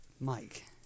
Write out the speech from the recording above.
Mike